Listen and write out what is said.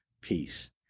peace